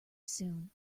soon